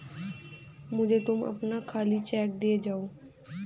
मुझे तुम अपना खाली चेक दे जाओ